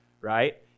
right